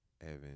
Evan